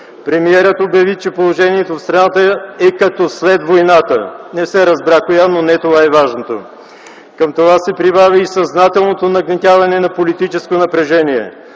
Премиерът обяви, че положението в страната е като след войната. Не се разбра коя, но не това е най-важното. Към това се прибави и съзнателното нагнетяване на политическо напрежение,